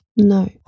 No